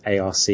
arc